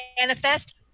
manifest